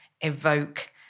evoke